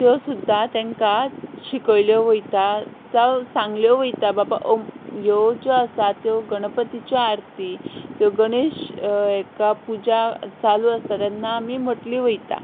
त्यो सुद्दां तांकां शिकयल्यो वता जावं सांगल्यो वता बाबा अम ह्यो ज्यो आसा त्यो गणपतीची आरती त्यो गणेश हाका पुजा चालू आसता तेन्ना आमी म्हटली वता